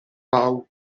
pau